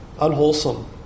unwholesome